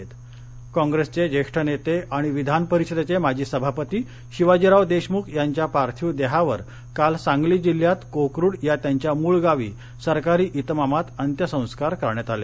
अंत्यसंस्कार कॉप्रेसचे जेष्ठ नेते आणि विधान परिषदेचे माजी सभापती शिवाजीराव देशमुख यांच्या पार्थिव देहावर काल सांगली जिल्ह्यात कोकरूड या त्यांच्या मुळ गावी सरकारी इतमामात अंत्यसंस्कार करण्यात आले